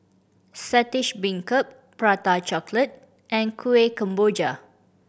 Saltish Beancurd Prata Chocolate and Kuih Kemboja